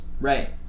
Right